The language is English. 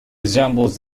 resembles